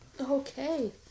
Okay